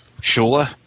Sure